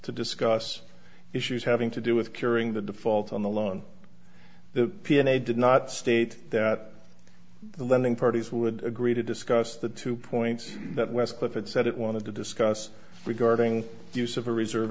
to discuss issues having to do with curing the default on the loan the peony did not state that the lending parties would agree to discuss the two points that westcliff it said it wanted to discuss regarding the use of a reserve